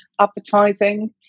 advertising